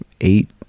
eight